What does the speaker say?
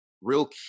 real